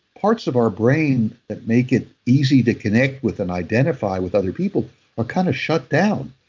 parts of our brain that make it easy to connect with and identify with other people are kind of shut down.